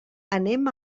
anem